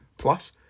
Plus